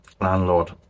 landlord